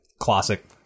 classic